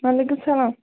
وعلیکُم سَلام